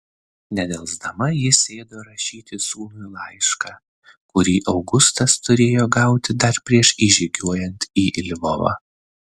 nedelsdama ji sėdo rašyti sūnui laišką kurį augustas turėjo gauti dar prieš įžygiuojant į lvovą